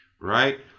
right